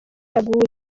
yaguye